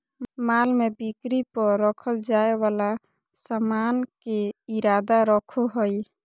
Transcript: माल में बिक्री पर रखल जाय वाला सामान के इरादा रखो हइ